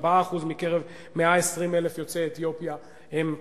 4% מקרב 120,000 יוצאי אתיופיה הם אקדמאים,